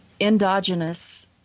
endogenous